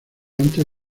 antes